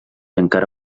encara